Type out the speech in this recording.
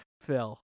Phil